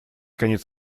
конец